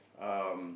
um